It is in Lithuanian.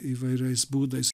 įvairiais būdais